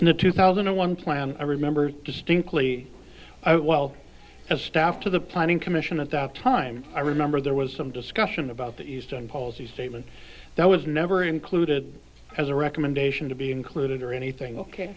in the two thousand and one plan i remember distinctly i well as staff to the planning commission at that time i remember there was some discussion about the eastern policy statement that was never included as a recommendation to be included or anything ok